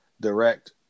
direct